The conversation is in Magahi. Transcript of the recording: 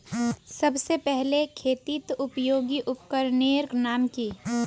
सबसे पहले खेतीत उपयोगी उपकरनेर नाम की?